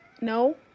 no